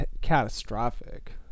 catastrophic